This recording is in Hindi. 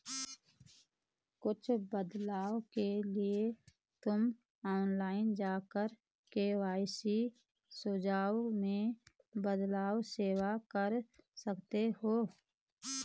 कुछ बदलाव के लिए तुम ऑनलाइन जाकर के.वाई.सी सुझाव में बदलाव सेव कर सकते हो